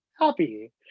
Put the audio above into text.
happy